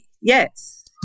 yes